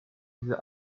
dieses